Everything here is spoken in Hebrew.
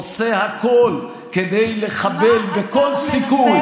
עושה הכול כדי לחבל בכל סיכוי,